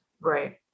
Right